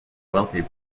wealthy